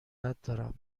دارم